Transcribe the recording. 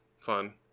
Fun